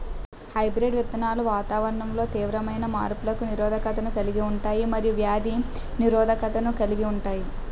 hybrid విత్తనాలు వాతావరణంలో తీవ్రమైన మార్పులకు నిరోధకతను కలిగి ఉంటాయి మరియు వ్యాధి నిరోధకతను కలిగి ఉంటాయి